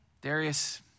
Darius